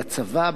בצבא,